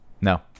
No